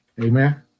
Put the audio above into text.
Amen